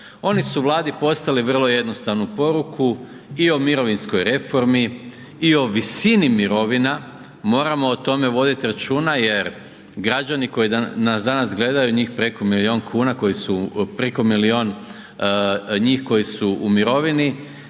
Oni su Vladi poslali vrlo jednostavnu poruku i o mirovinskoj reformi i o visini mirovina, moramo o tome voditi računa jer građani koji nas danas gledaju, preko milijun njih koji su u mirovini,